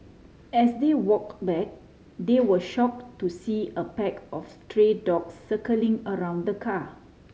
as they walk back they were shock to see a pack of stray dogs circling around the car